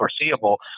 foreseeable